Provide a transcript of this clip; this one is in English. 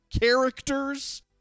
characters